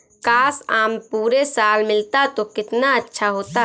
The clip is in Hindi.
काश, आम पूरे साल मिलता तो कितना अच्छा होता